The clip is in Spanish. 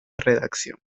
redacción